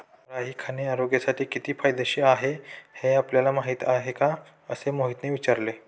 राई खाणे आरोग्यासाठी किती फायदेशीर आहे हे आपल्याला माहिती आहे का? असे मोहितने विचारले